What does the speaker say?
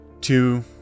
two